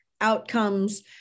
outcomes